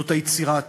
זאת היצירה התרבותית.